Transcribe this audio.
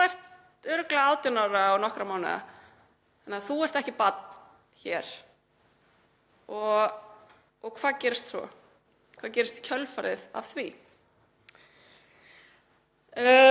þú ert örugglega 18 ára og nokkurra mánaða þannig að þú ert ekki barn hér. Og hvað gerist svo? Hvað gerist í kjölfarið á því? Þið